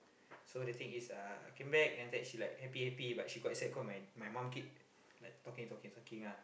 so the thing is uh I came back and then after that she like happy happy but she quite sad cause my my mom keep like talking talking talking ah